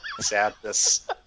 sadness